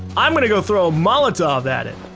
i'm going to go throw molotov at it